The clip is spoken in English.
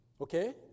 okay